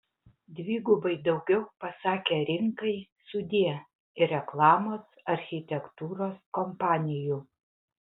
dvigubai daugiau pasakė rinkai sudie ir reklamos architektūros kompanijų